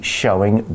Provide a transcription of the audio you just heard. showing